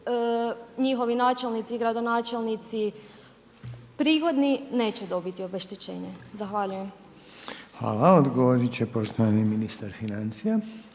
njihovi načelnici i gradonačelnici prigodni neće dobiti obeštećenje. Zahvaljujem. **Reiner, Željko (HDZ)** Hvala. Odgovoriti će poštovani ministar financija.